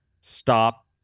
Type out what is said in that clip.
stop